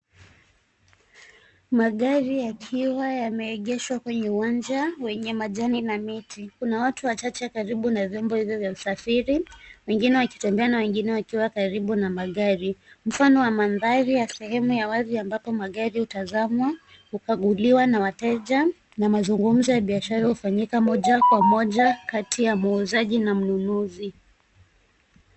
Magari yakiwa yameegeshwa kwenye uwanja wenye majani na miti. Kuna watu wachache karibu na vyombo hivyo vya usafiri, wengine wakitembea na wengine wakiwa karibu na magari. Mfano wa mandhari ya sehemu ya wazi ambapo magari hutazsmwa, hukaguliwa na wateja na mazungumzo ya biashara hufanyika moja kwa moja kati ya muuzaji na mnunuzi.